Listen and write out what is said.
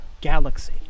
galaxy